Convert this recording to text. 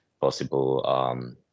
possible